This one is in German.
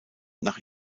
nach